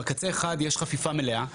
בקצה אחד יש חפיפה מלאה,